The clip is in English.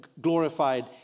glorified